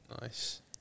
Nice